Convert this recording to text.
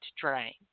drain